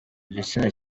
igitsina